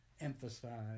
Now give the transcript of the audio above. emphasize